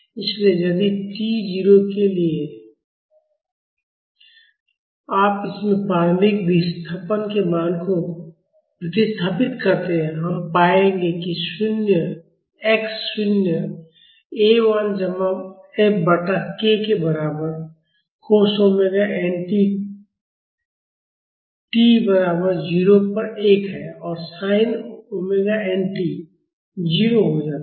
इसलिए यदि t 0 के लिएआप इसमें प्रारंभिक विस्थापन के मान को प्रतिस्थापित करते हैं हम पाएंगे कि x शून्य A 1 जमा F बटा k के बराबर cos omega n tcosωnt t बराबर 0 पर 1 है और sin Omega n tsinωnt 0 हो जाता है